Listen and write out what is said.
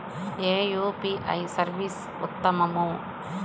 ఏ UPI service ఉత్తమము?